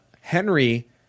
Henry